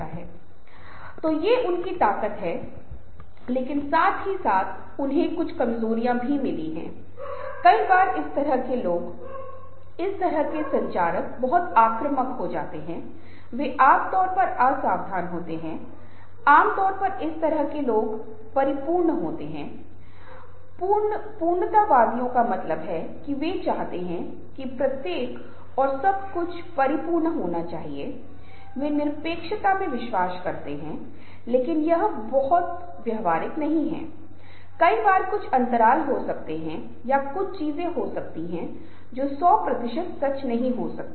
अब जहाँ तक समूह और इन बातों का संबंध है बोलने का संबंध है एक व्यक्ति विभिन्न प्रकार की शैलियों का उपयोग कर सकता है जो मैंने पहले ही कहा है कि एक समूह में महत्वपूर्ण बात यह है कि लोगों को एक दूसरे की पसंद नापसंद और विशेष रूप से उनकी सोच के तरीके को समझना चाहिए और जिस तरह से एक दूसरे के साथ संवाद करना चाहिए क्योंकि कुछ लोग बहुत विनम्र होते हैं कुछ लोग अंतर्मुखी होते हैं वे कम बोलते हैं कुछ लोग बहुत बातूनी होते हैं